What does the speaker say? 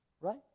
Right